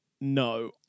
no